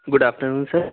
good after noon sir